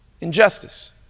Injustice